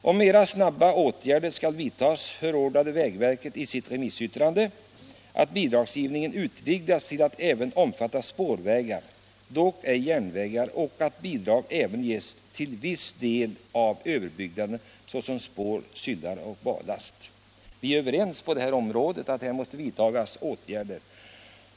Om mera snabba åtgärder skall vidtas, så förordar vägverket i sitt remissyttrande att bidragsgivningen utvidgas till att även omfatta spårvägar, dock ej järnvägar, och att bidrag även ges till viss del av överbyggnaden såsom spår, syllar och ballast. Vi är överens om att åtgärder måste vidtas på detta område.